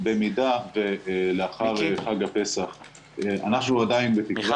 במידה ולאחר חג הפסח אנחנו עדיין בתקווה